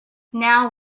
now